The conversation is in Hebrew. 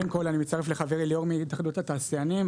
אני מצטרף לחברי ליאור מהתאחדות התעשיינים.